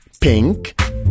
pink